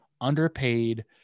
underpaid